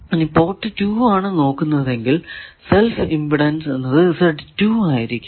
ഇനി പോർട്ട് 2 ആണ് നോക്കുന്നതെങ്കിൽ സെൽഫ് ഇമ്പിഡൻസ് എന്നത് ആയിരിക്കും